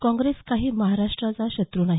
काँग्रेस काही महाराष्ट्राची शत्रू नाही